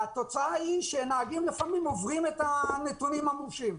והתוצאה היא שנהגים לפעמים עוברים את הנתונים המורשים.